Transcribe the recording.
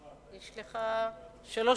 יש לך שלוש